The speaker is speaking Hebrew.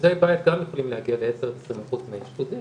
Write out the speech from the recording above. אשפוזי בית גם יכולים להגיע ל10% עד 20% מהאשפוזים.